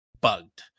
bugged